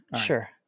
Sure